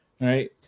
right